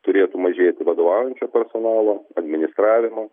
turėtų mažėti vadovaujančio personalo administravimo